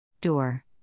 Door